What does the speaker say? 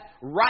right